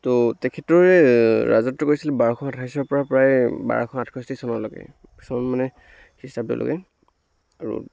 ত' তেখেতৰে ৰাজত্ব কৰিছিলে বাৰশ আঠাইছৰ পৰা প্ৰায় বাৰশ আঠষষ্ঠী চনলৈকে চন মানে খ্ৰীষ্টাব্দলৈকে আৰু